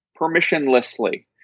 permissionlessly